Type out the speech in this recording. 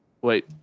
Wait